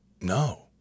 No